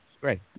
Great